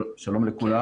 שלום לכולם.